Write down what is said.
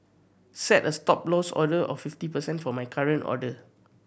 set a Stop Loss order of fifty percent for my current order